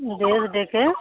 দেশ ডেকে